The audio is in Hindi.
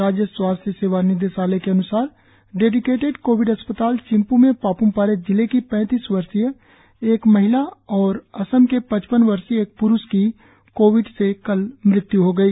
राज्य स्वास्थ्य सेवा निदेशालय के अन्सार डेडिकेटेड कोविड अस्पताल चिंपू में पाप्मपारे जिले की पैतीस वर्षीय एक महिला और असम के पचपन वर्षीय एक प्रुष की कोविड से कल मृत्य् हो गई